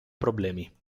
problemi